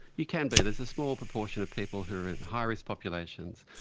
you can be, there's a small proportion of people who are in high risk populations,